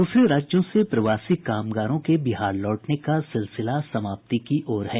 द्रसरे राज्यों से प्रवासी कामगारों के बिहार लौटने का सिलसिला समाप्ति की ओर है